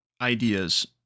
Ideas